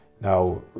Now